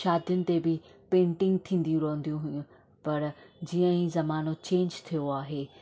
शादियूंनि ते बि पेंटिंग थींदियूं रहंदियूं हुयूं पर जीअं ई ज़मानो चेंज थियो आहे